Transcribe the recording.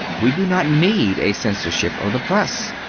we do not need a censorship of the press.